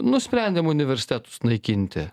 nusprendėm universitetus naikinti